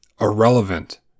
irrelevant